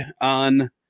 on